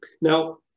Now